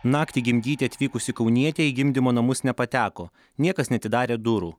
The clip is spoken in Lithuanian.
naktį gimdyti atvykusi kaunietė į gimdymo namus nepateko niekas neatidarė durų